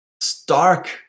stark